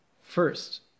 first